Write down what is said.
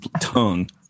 tongue